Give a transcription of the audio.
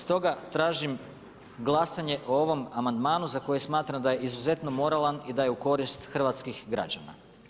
Stoga tražim glasanje o ovom amandmanu za koji smatram da je izuzetno moralan i da je u korist hrvatskih građana.